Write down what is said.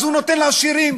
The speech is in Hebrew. אז הוא נותן לעשירים,